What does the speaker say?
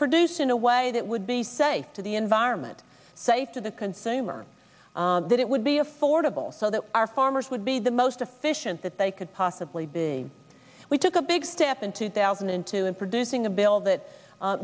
produced in a way that would be safe to the environment to the consumer that it would be affordable so that our farmers would be the most efficient that they could possibly be we took a big step in two thousand and two in producing a bill that